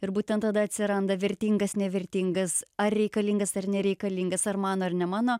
ir būtent tada atsiranda vertingas nevertingas ar reikalingas ar nereikalingas ar mano ir ne mano